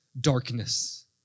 darkness